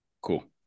Cool